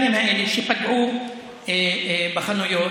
החוליגנים האלה שפגעו בחנויות,